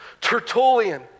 Tertullian